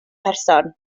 person